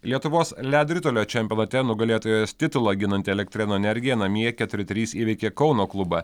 lietuvos ledo ritulio čempionate nugalėtojos titulą ginanti elektrėnų energija namie keturi trys įveikė kauno klubą